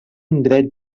indret